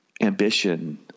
ambition